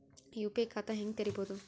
UPI ಖಾತಾ ಹೆಂಗ್ ತೆರೇಬೋದು?